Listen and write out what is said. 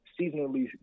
seasonally